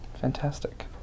Fantastic